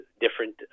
different